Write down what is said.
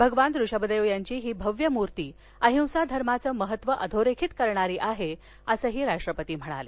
भगवान ऋषभदेव यांची ही भव्य मूर्ती अहिंसा धर्माचं महत्त्व अधोरेखित करणारी आहे असं ते म्हणाले